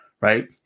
right